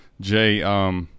Jay